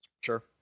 Sure